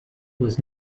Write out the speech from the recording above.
was